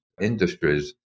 industries